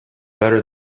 better